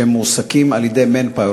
שמועסקים על-ידי "מנפאואר",